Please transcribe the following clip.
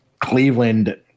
Cleveland –